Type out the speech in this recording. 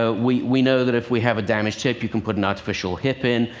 ah we we know that if we have a damaged hip, you can put an artificial hip in.